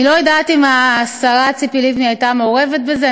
אני לא יודעת אם השרה ציפי לבני הייתה מעורבת בזה,